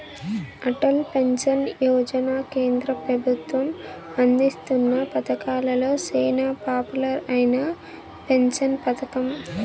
Atal pension Yojana కేంద్ర పెబుత్వం అందిస్తున్న పతకాలలో సేనా పాపులర్ అయిన పెన్సన్ పతకం